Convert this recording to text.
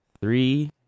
Three